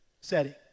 setting